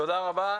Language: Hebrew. תודה רבה,